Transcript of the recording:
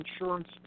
insurance